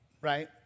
right